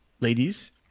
ladies